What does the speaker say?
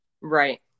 Right